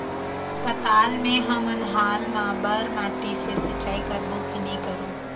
पताल मे हमन हाल मा बर माटी से सिचाई करबो की नई करों?